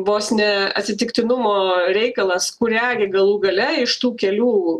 vos ne atsitiktinumo reikalas kurią gi galų gale iš tų kelių